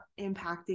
impacting